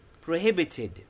prohibited